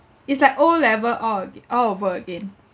it's like O level all aga~ all over again